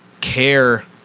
care